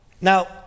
Now